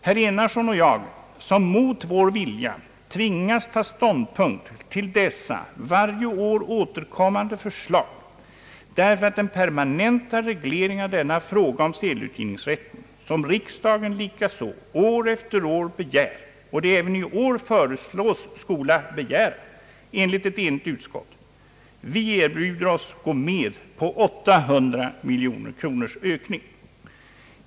Herr Enarsson och jag som mot vår vilja tvingas ta ståndpunkt till dessa varje år återkommande förslag därför att den permanenta reglering av denna fråga om sedelutgivningsrätten som riksdagen likaså år efter år begär och som den även i år föreslås skola begära enligt ett enigt utskott erbjuder oss gå med på 800 miljoner kronors ökning.